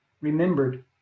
remembered